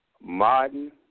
Martin